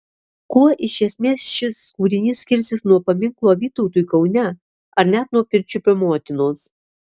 kuo iš esmės šis kūrinys skirsis nuo paminklo vytautui kaune ar net nuo pirčiupio motinos